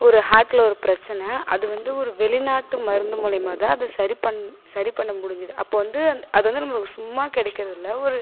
ஒரு ஹார்ட்டில் ஒரு பிரச்சனை அது வந்து ஒரு வெளிநாட்டு மருந்து மூலமா தான் அதை சரி பண் சரி பண்ண முடிஞ்சது அப்போ வந்து அது வந்து நம்ம சும்மா கிடைக்கிறதில்ல ஒரு